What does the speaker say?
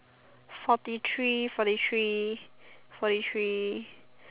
forty three forty three forty three